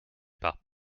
pas